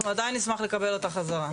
אנחנו עדיין נשמח לקבל אותך בחזרה.